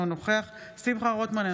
אינו נוכח שמחה רוטמן,